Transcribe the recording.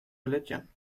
religion